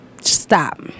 stop